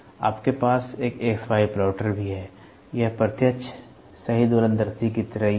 आपके पास एक XY प्लॉटर भी है यह प्रत्यक्ष सही दोलनदर्शी की तरह ही है